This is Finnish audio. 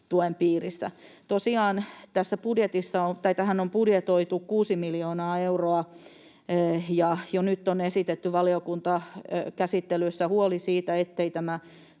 tuen piirissä. Tosiaan tähän on budjetoitu 6 miljoonaa euroa, ja jo nyt on esitetty valiokuntakäsittelyssä huoli siitä, ettei tämä